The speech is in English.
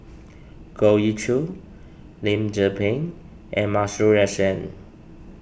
Goh Ee Choo Lim Tze Peng and Masuri S N